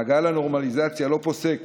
מעגל הנורמליזציה לא פוסק